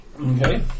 Okay